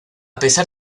pesar